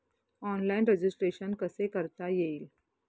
Online registration कसे करता येईल?